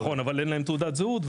נכון, אבל אין להם תעודת זהות.